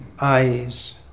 eyes